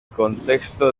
contexto